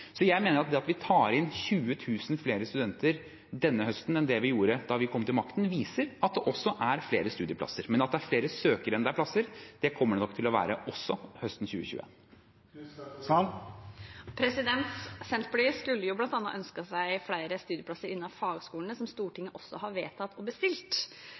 Så jeg mener at det at vi tar inn 20 000 flere studenter denne høsten enn det vi gjorde da vi kom til makten, viser at det også er flere studieplasser. Men at det er flere søkere enn det er plasser – det kommer det nok til å være også høsten 2021. Senterpartiet skulle bl.a. ønsket seg flere studieplasser innen fagskolene, som Stortinget også har vedtatt og bestilt.